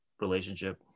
relationship